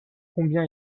combien